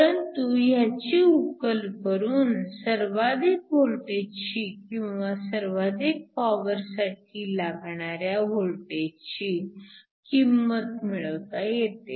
परंतु ह्याची उकल करून सर्वाधिक वोल्टेजची किंवा सर्वाधिक पॉवरसाठी लागणाऱ्या वोल्टेजची किंमत मिळवता येते